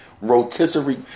Rotisserie